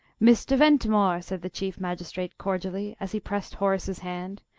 mr. ventimore, said the chief magistrate, cordially, as he pressed horace's hand,